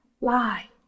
lie